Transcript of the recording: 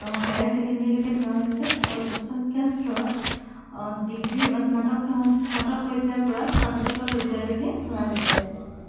higher ছেকেণ্ডাৰীলৈকে ধৰা হৈছে আৰু উচ্চ শিক্ষাৰ স্তৰত ডিগ্ৰীৰ স্নাতক নহয় স্নাতক পৰ্যায়ৰ পৰা স্নাতকোত্তৰ পৰ্যায়লৈকে ধৰা হৈছে